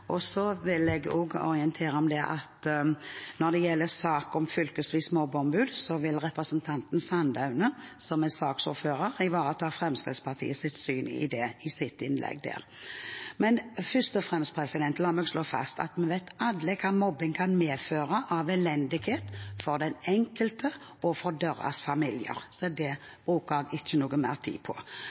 Så vil jeg orientere om at når det gjelder saken om fylkesvise mobbeombud, vil representanten Sandaune, som er ordfører for den saken, ivareta Fremskrittspartiets syn på det i sitt innlegg. Først og fremst: La meg slå fast at vi vet alle hva mobbing kan medføre av elendighet for den enkelte og den enkeltes familie, så det bruker jeg ikke mer tid på.